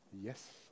Yes